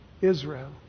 Israel